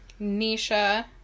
Nisha